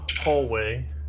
hallway